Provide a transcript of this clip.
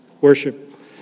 worship